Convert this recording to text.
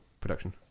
production